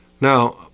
Now